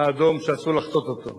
האדום שאסור לחצות אותו.